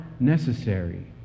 necessary